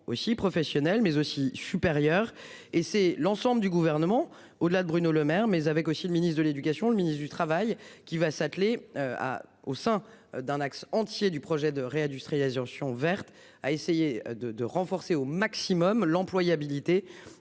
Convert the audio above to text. aussi professionnel mais aussi supérieur et c'est l'ensemble du gouvernement au-delà de Bruno Lemaire mais avec aussi le ministre de l'éducation, le ministre du Travail qui va s'atteler à au sein d'un axe entiers du projet de réindustrialisation verte a essayé de, de renforcer au maximum l'employabilité.